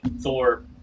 Thor